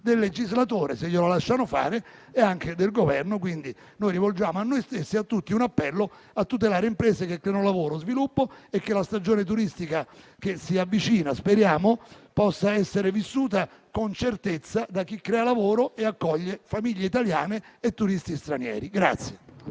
del legislatore, se glielo lasciano fare, e anche del Governo. Quindi rivolgiamo a noi stessi e a tutti un appello a tutelare imprese che creano lavoro e sviluppo. Speriamo che la stagione turistica che si avvicina possa essere vissuta con certezza da chi crea lavoro e accoglie famiglie italiane e turisti stranieri.